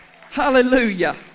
Hallelujah